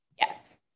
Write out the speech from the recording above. Yes